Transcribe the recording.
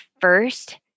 first